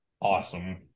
awesome